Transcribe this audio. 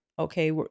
Okay